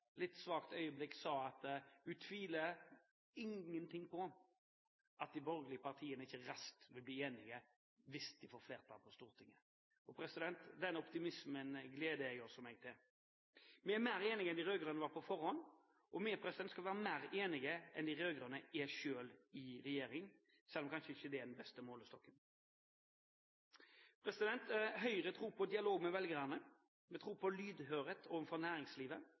litt svakt øyeblikk – sa, at hun tviler ingenting på at de borgerlige partiene ikke raskt vil bli enige hvis de får flertall på Stortinget. Den optimismen gleder også jeg meg over. Vi er mer enige enn de rød-grønne var på forhånd, og vi skal være mer enige enn de rød-grønne selv er i regjering – selv om det kanskje ikke er den beste målestokken. Høyre tror på dialog med velgerne. Vi tror på lydhørhet overfor næringslivet,